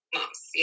Moms